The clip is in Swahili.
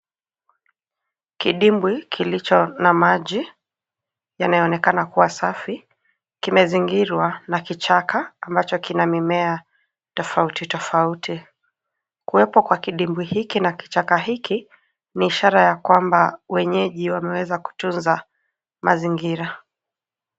Kidimbwi kilicho na maji yanayoonekana kuwa safi kimezingirwa na kichaka am bacho kina mimea tofauti tofauti. Kuwepo kwa kidimbwi hiki na kichaka hiki ni ishara ya kwamba wenyeji wameweza kutunza mazingira.